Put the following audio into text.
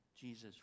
Jesus